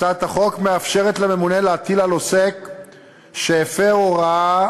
הצעת החוק מאפשרת לממונה להטיל על עוסק שהפר הוראה